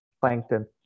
Plankton